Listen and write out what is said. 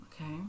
Okay